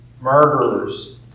murderers